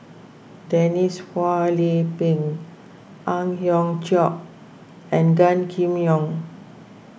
Denise Phua Lay Peng Ang Hiong Chiok and Gan Kim Yong